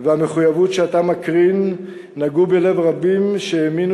והמחויבות שאתה מקרין נגעו בלב רבים שהאמינו